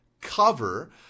cover